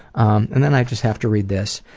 um and then i just have to read this.